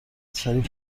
سریع